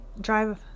drive